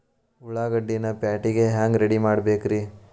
ಉಳ್ಳಾಗಡ್ಡಿನ ಪ್ಯಾಟಿಗೆ ಹ್ಯಾಂಗ ರೆಡಿಮಾಡಬೇಕ್ರೇ?